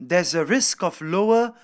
there is a risk of lower